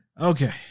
okay